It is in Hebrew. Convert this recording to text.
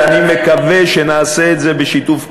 ואני מקווה שנעשה את זה בשיתוף פעולה.